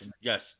yes